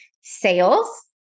Sales